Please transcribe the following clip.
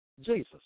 Jesus